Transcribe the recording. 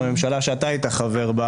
בממשלה שאתה היית חבר בה